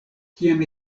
kiam